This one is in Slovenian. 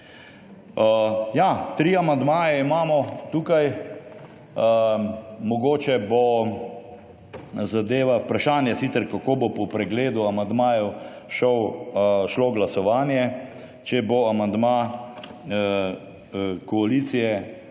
Ja, 3 amandmaje imamo tukaj. Mogoče bo zadeva, vprašanje sicer, kako bo po pregledu amandmajev šlo glasovanje, če bo amandma koalicije